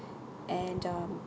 and um